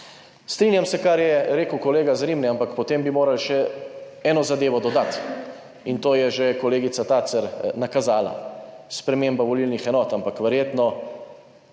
Strinjam se, kar je rekel kolega Zrim, ampak potem bi morali še eno zadevo dodati in to je že kolegica Tacer nakazala, sprememba volilnih enot, ampak verjetno